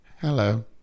Hello